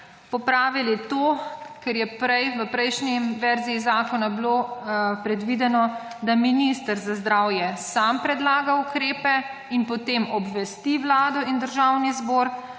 popravili, ker je v prejšnji verziji zakona bilo predvideno, da minister za zdravje sam predlaga ukrepe in potem obvesti Vlado in Državni zbor.